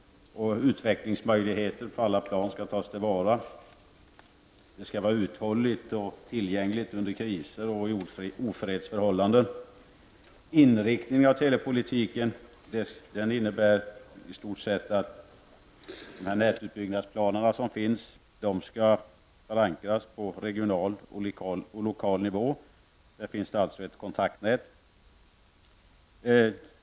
Utvecklingsmöjligheter på alla plan skall tas till vara. Systemet skall vara uthålligt och tillgängligt under kriser och i ofredsförhållanden. Inriktningen av telepolitiken innebär i stort sett att nätutbyggnadsplanerna skall förankras på regional och lokal nivå. Det skall finnas ett kontaktnät.